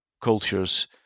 cultures